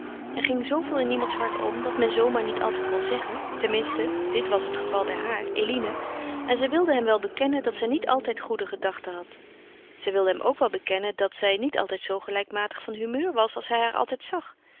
er ging zooveel in iemands hart om dat men zoo maar niet altijd kon zeggen tenminste dit was het geval bij haar eline en zij wilde hem wel bekennen dat zij niet altijd goede gedachten had zij wilde hem ook wel bekennen dat zij niet altijd zoo gelijkmatig van humeur was als hij haar altijd zag